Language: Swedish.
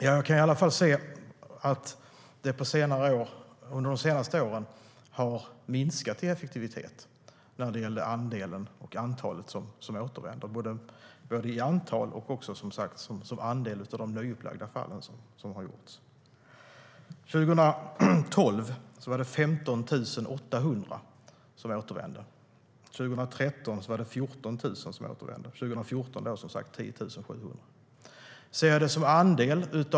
Jag kan i alla fall se att effektiviteten när det gällde andelen och antalet som återvänder har minskat under de senaste åren. Det gäller som sagt både antal och andel av de nyupplagda fallen som har gjorts. År 2012 var det 15 800 som återvände. År 2013 var det 14 000 som återvände. År 2014 var det som sagt 10 700.